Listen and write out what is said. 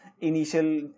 initial